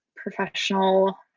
professional